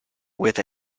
with